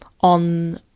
on